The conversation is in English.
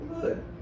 good